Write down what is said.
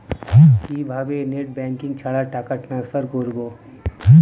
কিভাবে net banking ছাড়া টাকা ট্রান্সফার করবো?